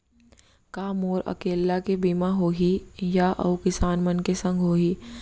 का मोर अकेल्ला के बीमा होही या अऊ किसान मन के संग होही?